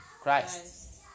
Christ